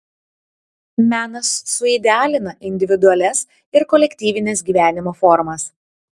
menas suidealina individualias ir kolektyvines gyvenimo formas